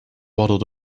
waddled